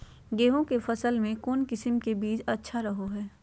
गेहूँ के फसल में कौन किसम के बीज अच्छा रहो हय?